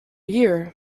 year